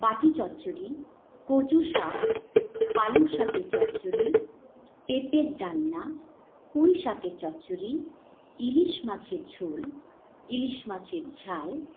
বাটি চচ্চরি কচু শাক পালং শাকের চচ্চরি পেঁপের ডালনা পুঁই শাকের চচ্চরি ইলিশ মাছের ঝোল ইলিশ মাছের ঝাল